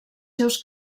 seus